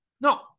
No